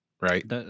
right